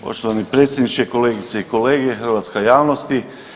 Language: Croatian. Poštovani predsjedniče, kolegice i kolege, hrvatska javnosti.